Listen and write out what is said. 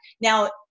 Now